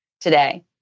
today